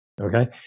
okay